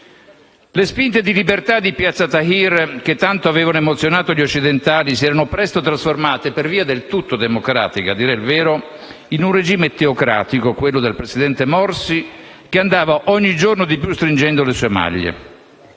Le sfide di libertà di piazza Tahrir, che tanto avevano emozionato gli occidentali, si erano presto trasformate (per via del tutto democratica, a dire il vero) in un regime teocratico, quello del presidente Morsi, che andava ogni giorno di più stringendo le sue maglie;